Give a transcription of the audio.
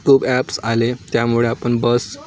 खूप ॲप्स आले त्यामुळे आपण बस